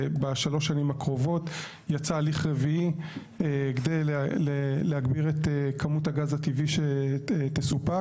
ב-3 שנים הקרובות יצא הליך רביעי כדי להגביר את כמות הגז הטבעי שיסופק.